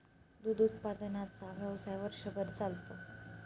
दूध उत्पादनाचा व्यवसाय वर्षभर चालतो